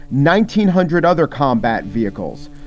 nineteen hundred other combat vehicles.